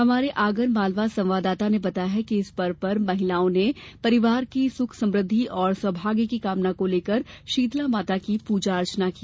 हमारे आगर मालवा संवाददाता ने बताया है कि इस पर्व पर महिलाओ ने परिवार की सुख समृद्धि और सौभाग्य की कामना को लेकर शीतलामाता की पूजा अर्चना की